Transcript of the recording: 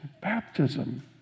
baptism